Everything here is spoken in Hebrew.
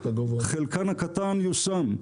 חלקן הקטן יושם.